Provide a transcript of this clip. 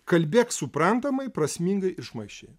kalbėk suprantamai prasmingai ir šmaikščiai